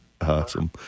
Awesome